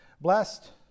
blessed